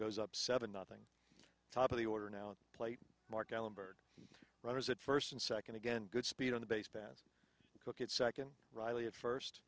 goes up seven nothing top of the order now a plate mark allen byrd runners at first and second again good speed on the base fast cook at second riley at first